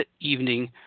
evening